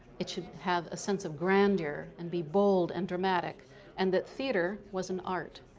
it should have a sense of grandeur and be bold and dramatic and that theater was an art.